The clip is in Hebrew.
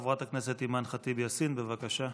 חבר הכנסת אימאן ח'טיב יאסין, בבקשה.